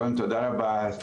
קודם כל תודה רבה,